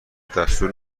دستور